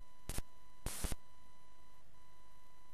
ואנחנו